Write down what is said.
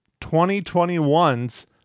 2021's